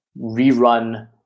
rerun